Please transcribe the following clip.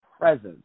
presence